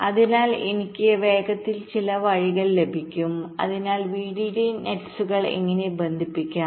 അതിനാൽ എനിക്ക് വേഗത്തിൽ ചില വഴികൾ ലഭിക്കും അതിനാൽ വിഡിഡി നെറ്റ്കൾ എങ്ങനെ ബന്ധിപ്പിക്കാം